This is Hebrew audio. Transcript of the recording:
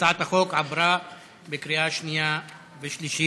החוק עבר בקריאה שנייה ושלישית.